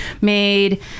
made